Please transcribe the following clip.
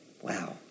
Wow